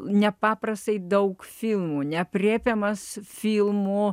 nepaprastai daug filmų neaprėpiamas filmų